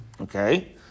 Okay